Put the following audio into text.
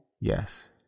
Yes